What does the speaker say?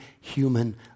human